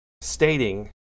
stating